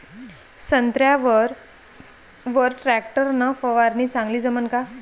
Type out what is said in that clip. संत्र्यावर वर टॅक्टर न फवारनी चांगली जमन का?